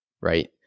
right